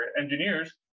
engineers